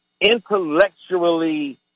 intellectually